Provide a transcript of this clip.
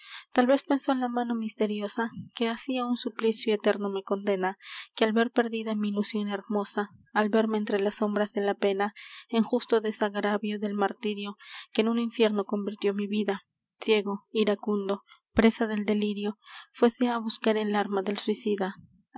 tal vez pensó la mano misteriosa que así á un suplicio eterno me condena que al ver perdida mi ilusion hermosa al verme entre las sombras de la pena en justo desagravio del martirio que en un infierno convirtió mi vida ciego iracundo presa del delirio fuese á buscar el arma del suicida